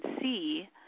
see